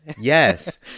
Yes